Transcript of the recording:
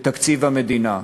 בתקציב המדינה.